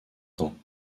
temps